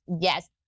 yes